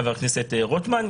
חבר הכנסת רוטמן,